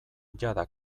jada